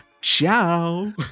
Ciao